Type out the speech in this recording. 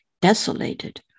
desolated